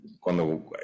cuando